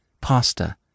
pasta